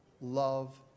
love